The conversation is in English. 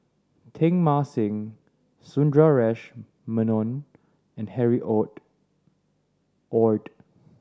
Teng Mah Seng Sundaresh Menon and Harry Ord